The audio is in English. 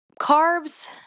Carbs